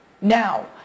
now